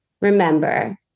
remember